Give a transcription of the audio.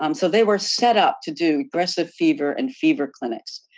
um so, they were set up to do aggressive fever and fever clinics.